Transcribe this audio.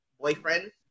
boyfriend